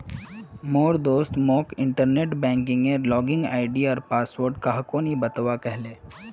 मोर दोस्त मोक इंटरनेट बैंकिंगेर लॉगिन आई.डी आर पासवर्ड काह को नि बतव्वा कह ले